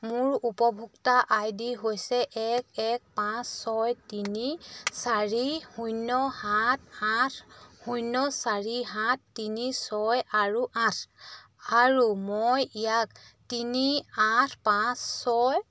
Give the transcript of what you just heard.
মোৰ উপভোক্তা I D হৈছে এক এক পাঁচ ছয় তিনি চাৰি শূন্য সাত আঠ শূন্য চাৰি সাত তিনি ছয় আৰু আঠ আৰু মই ইয়াক তিনি আঠ পাঁচ ছয়